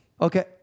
Okay